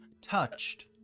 Touched